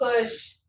push